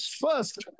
first